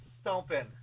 stomping